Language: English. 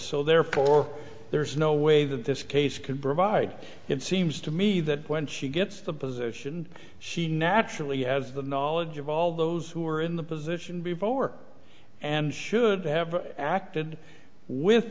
so therefore there is no way that this case could provide it seems to me that when she gets the position she naturally have the knowledge of all those who are in the position before and should have acted with